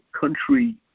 country